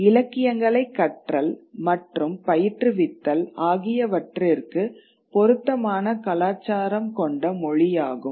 இலக்கியங்களை கற்றல் மற்றும் பயிற்றுவித்தல் ஆகியவற்றிற்கு பொருத்தமான கலாச்சாரம் கொண்ட மொழியாகும்